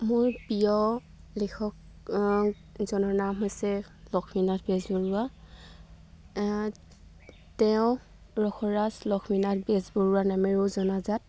মোৰ প্ৰিয় লেখক জনৰ নাম হৈছে লক্ষ্মীনাথ বেজবৰুৱা তেওঁ ৰসৰাজ লক্ষ্মীনাথ বেজবৰুৱা নামেৰেও জনাজাত